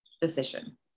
decision